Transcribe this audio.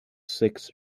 six